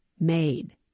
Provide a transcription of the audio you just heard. made